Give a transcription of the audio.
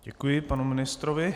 Děkuji panu ministrovi.